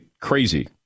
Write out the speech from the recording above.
crazy